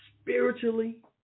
spiritually